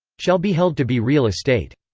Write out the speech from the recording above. shall be held to be real estate.